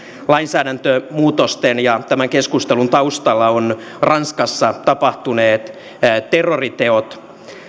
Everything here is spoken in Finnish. lainsäädäntömuutosten ja tämän keskustelun taustalla ovat ranskassa tapahtuneet terroriteot